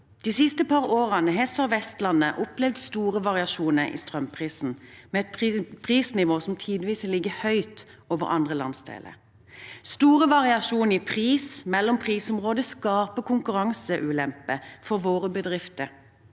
De siste par årene har Sør-Vestlandet opplevd store variasjoner i strømprisen, med et prisnivå som tidvis har ligget høyt over andre landsdeler. Store variasjoner i pris mellom prisområder skaper konkurranseulemper for våre bedrifter.